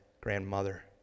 grandmother